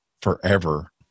forever